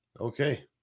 Okay